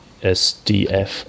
SDF